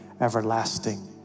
everlasting